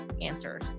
answer